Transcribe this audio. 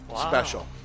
special